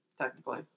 Technically